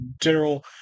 general